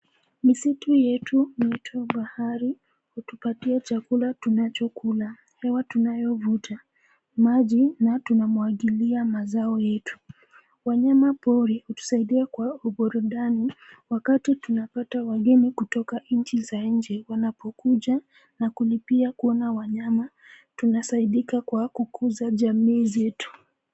Misitu yetu, mwitu , bahari hutupatia chakula tunachokula. Hewa tunayovuta , maji na tunamwagilia mazao yetu. Wanyama pori hutusaidia kwa uburudani wakati tunapata wageni kutoka nchi za nje, wanapokuja na kulipia kuona wanyama , tunasaidika kwa kukuza jamii zetu.